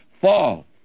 fall